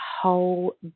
whole